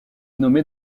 nommé